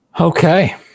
Okay